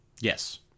Yes